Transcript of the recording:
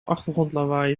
achtergrondlawaai